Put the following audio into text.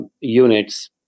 units